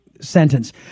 sentence